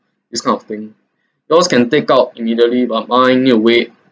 this kind of thing yours can take out immediately but mine need to wait